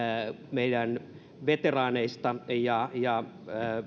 meidän veteraaneistamme ja ja